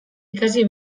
ikasi